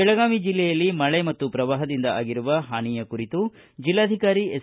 ಬೆಳಗಾವಿ ಜಿಲ್ಲೆಯಲ್ಲಿ ಮಳೆ ಮತ್ತು ಪ್ರವಾಪದಿಂದ ಆಗಿರುವ ಹಾನಿಯ ಕುರಿತು ಜಿಲ್ಲಾಧಿಕಾರಿ ಎಸ್